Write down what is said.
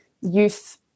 youth